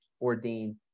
ordained